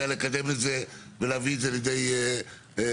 לקדם את זה ולהביא את זה לידי סיום,